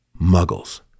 muggles